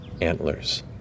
antlers